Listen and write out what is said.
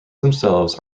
themselves